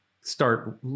start